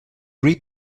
read